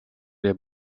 der